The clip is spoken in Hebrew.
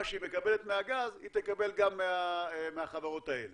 מה שהיא מקבלת מהגז היא תקבל גם מהחברות האלה.